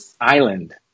island